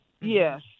Yes